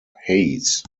hayes